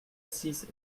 six